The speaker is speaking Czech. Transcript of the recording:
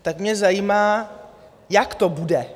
Tak mě zajímá, jak to bude?